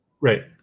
Right